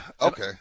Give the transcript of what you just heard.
Okay